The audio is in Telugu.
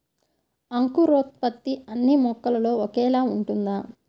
అంకురోత్పత్తి అన్నీ మొక్కలో ఒకేలా ఉంటుందా?